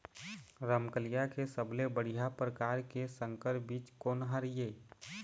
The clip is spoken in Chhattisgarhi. रमकलिया के सबले बढ़िया परकार के संकर बीज कोन हर ये?